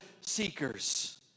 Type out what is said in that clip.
seekers